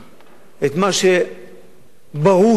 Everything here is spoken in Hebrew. את מה שברור שיקרה,